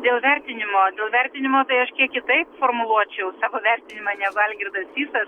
dėl vertinimo dėl vertinimo tai aš kitaip formuluočiau savo vertinimą negu algirdas sysas